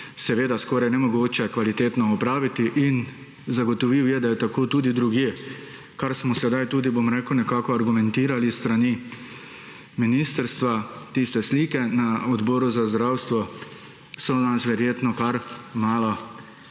seveda skoraj nemogoče kvalitetno opraviti. In zagotovil je, da je tako tudi drugje, kar smo sedaj tudi, bom rekel, nekako argumentirali s strani ministrstva, tiste slike na Odboru za zdravstvo so nas verjetno kar malo,